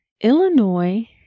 Illinois